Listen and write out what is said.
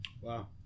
Wow